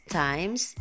times